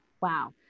wow